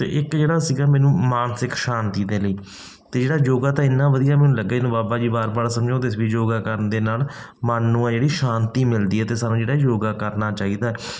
ਅਤੇ ਇੱਕ ਜਿਹੜਾ ਸੀਗਾ ਮੈਨੂੰ ਮਾਨਸਿਕ ਸ਼ਾਂਤੀ ਦੇ ਲਈ ਅਤੇ ਜਿਹੜਾ ਯੋਗਾ ਤਾਂ ਇੰਨਾ ਵਧੀਆ ਮੈਨੂੰ ਲੱਗਾ ਇਹਨੂੰ ਬਾਬਾ ਜੀ ਵਾਰ ਵਾਰ ਸਮਝਾਉਂਦੇ ਸੀ ਵੀ ਯੋਗਾ ਕਰਨ ਦੇ ਨਾਲ ਮਨ ਨੂੰ ਆ ਜਿਹੜੀ ਸ਼ਾਂਤੀ ਮਿਲਦੀ ਹੈ ਅਤੇ ਸਾਨੂੰ ਜਿਹੜਾ ਯੋਗਾ ਕਰਨਾ ਚਾਹੀਦਾ ਹੈ